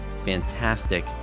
fantastic